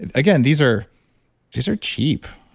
again, these are these are cheap,